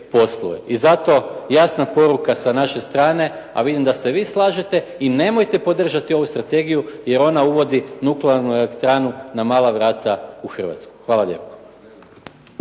I zato jasna poruka sa naše strane a vidim da se vi slažete i nemojte podržati ovu Strategiju jer ona uvodi nuklearnu elektranu na mala vrata u Republiku Hrvatsku. Hvala lijepa.